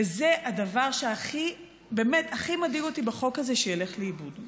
וזה הדבר שבאמת הכי מדאיג אותי שילך לאיבוד בחוק הזה.